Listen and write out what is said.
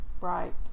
Right